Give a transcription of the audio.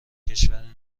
کشوری